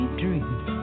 dream